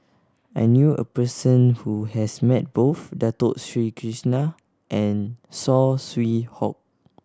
I knew a person who has met both Dato Sri Krishna and Saw Swee Hock